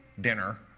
dinner